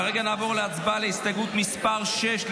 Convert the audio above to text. כרגע נעבור להצבעה על הסתייגות מס' 6,